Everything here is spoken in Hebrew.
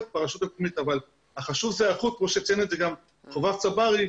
ברשות המקומית אבל הדבר החשוב היא ההיערכות כמו שציין גם חובב צברי.